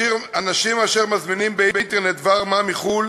אנשים אשר מזמינים באינטרנט דבר מה מחו"ל